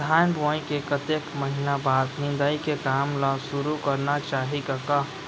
धान बोवई के कतेक महिना बाद निंदाई के काम ल सुरू करना चाही कका?